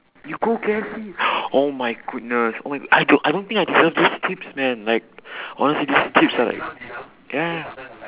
you go K_F_C oh my goodness oh m~ I don't I don't think I deserve these tips man honestly these tips are ya